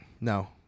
No